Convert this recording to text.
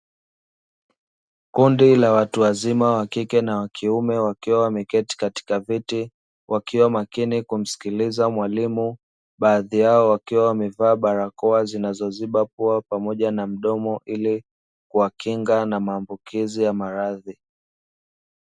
Kundi la watu wazima wa kike na wa kiume wakiwa wameketi katika viti, wakiwa makini kumsikiliza mwalimu baadhi yao wakiwa wamevaa barakoa, zinazoziba poa pamoja na mdomo ili kuwakinga na maambukizi ya maradhi.